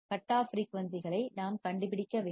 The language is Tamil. கட் ஆஃப் ஃபிரீயூன்சிகளை நாம் கண்டுபிடிக்க வேண்டும்